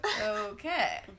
Okay